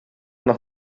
nach